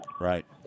Right